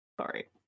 sorry